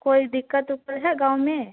कोई दिक्कत उक्कत है गाँव में